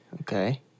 Okay